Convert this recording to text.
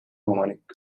omanik